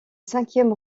cinquième